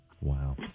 Wow